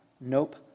nope